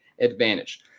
advantage